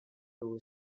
two